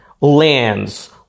lands